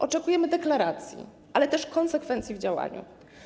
Oczekujemy deklaracji, ale też konsekwencji w działaniu.